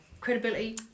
Credibility